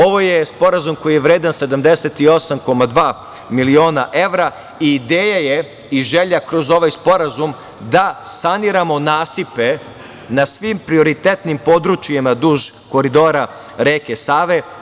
Ovo je sporazum koji je vredan 78,2 miliona evra i ideja je i želja kroz ovaj sporazum da saniramo nasipe na svim prioritetnim područjima duž koridora reke Save.